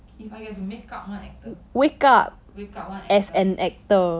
if I get to make up one actor wake up one actor